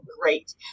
great